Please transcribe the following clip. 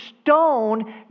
stone